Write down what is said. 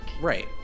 right